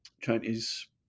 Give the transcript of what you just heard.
Chinese